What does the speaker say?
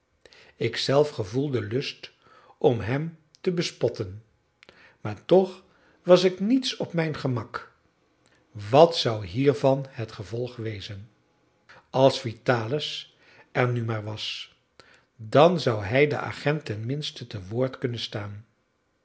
ik zelf gevoelde lust om hem te bespotten maar toch was ik niets op mijn gemak wat zou hiervan het gevolg wezen als vitalis er nu maar was dan zou hij den agent ten minste te woord kunnen staan